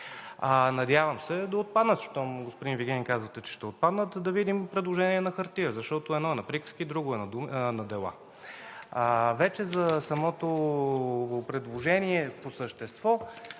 Надявам се да отпаднат. Щом, господин Вигенин, казвате, че ще отпаднат, да видим предложение на хартия. Защото едно е на приказки, друго е на дела. Вече за самото предложение по същество.